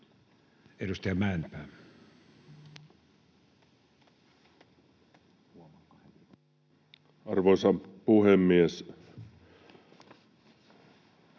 Edustaja Mäkynen. Arvoisa puhemies!